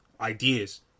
ideas